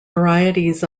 varieties